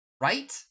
Right